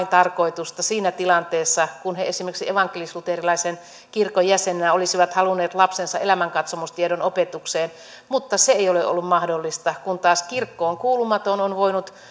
lain tarkoitusta siinä tilanteessa kun he esimerkiksi evankelisluterilaisen kirkon jäseninä olisivat halunneet lapsensa elämänkatsomustiedon opetukseen mutta se ei ole ollut mahdollista kun taas kirkkoon kuulumaton on voinut